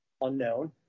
unknown